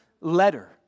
letter